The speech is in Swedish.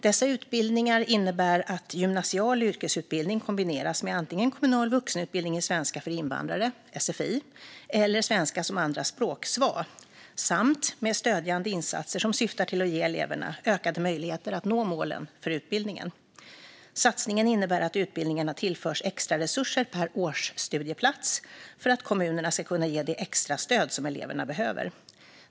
Dessa utbildningar innebär att gymnasial yrkesutbildning kombineras med antingen kommunal vuxenutbildning i svenska för invandrare, sfi, eller svenska som andraspråk, sva, och med stödjande insatser som syftar till att ge eleverna ökade möjligheter att nå målen för utbildningen. Satsningen innebär att utbildningarna tillförs extra resurser per årsstudieplats för att kommunerna ska kunna ge det extra stöd som eleverna behöver.